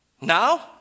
Now